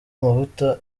amavuta